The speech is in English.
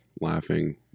laughing